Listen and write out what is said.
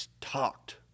talked